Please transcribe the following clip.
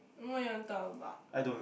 what you want talk about